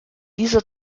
dieser